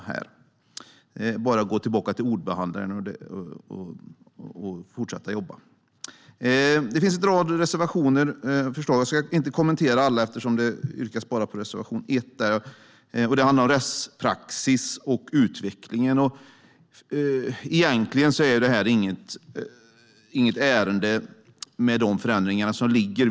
Det är bara att gå tillbaka till ordbehandlaren och fortsätta jobba. Det finns en rad reservationer och förslag. Jag ska inte kommentera alla eftersom det bara yrkas bifall till reservation 1 som handlar om rättspraxis och utvecklingen. Egentligen är det här inget ärende med de förändringar som föreligger.